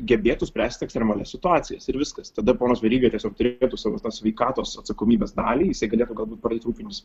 gebėtų spręsti ekstremalias situacijas ir viskas tada ponas veryga tiesiog turėtų savo sveikatos atsakomybės dalį jisai galėtų galbūt pradėt rūpintis